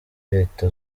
leta